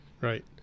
right